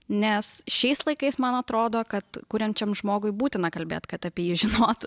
nes šiais laikais man atrodo kad kuriančiam žmogui būtina kalbėt kad apie jį žinotų